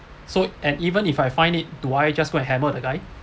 so and even if I find it do I just go and hammer the guy